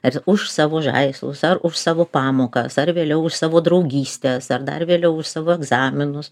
ar už savo žaislus ar už savo pamokas ar vėliau už savo draugystės ar dar vėliau už savo egzaminus